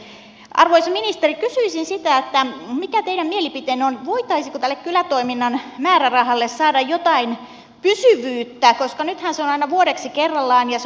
arvoisa ministeri kysyisin sitä mikä teidän mielipiteenne on voitaisiinko tälle kylätoiminnan määrärahalle saada jotain pysyvyyttä koska nythän se on aina vuodeksi kerrallaan ja se on kovin pieni